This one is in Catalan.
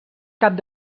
cap